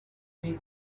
make